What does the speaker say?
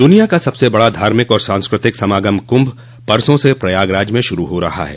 दुनिया का सबसे बड़ा धार्मिक और सांस्कृतिक समागम कुंभ परसों से प्रयागराज में शुरू हो रहा है